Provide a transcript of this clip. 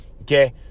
okay